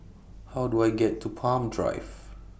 How Do I get to Palm Drive